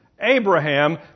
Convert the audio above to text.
Abraham